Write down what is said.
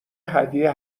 هدیه